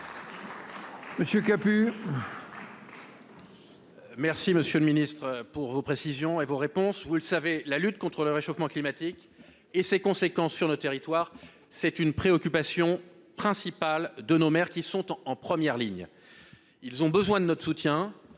réplique. Merci, monsieur le ministre, pour vos précisions et vos réponses. Vous le savez, la lutte contre le réchauffement climatique et ses conséquences sur notre territoire est une préoccupation principale de nos maires, qui sont en première ligne. Ils ont besoin de notre soutien.